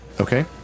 Okay